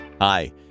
Hi